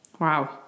Wow